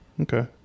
Okay